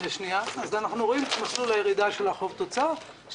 אנחנו רואים את מסלול הירידה של החוב תוצר.